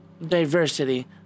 Diversity